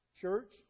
Church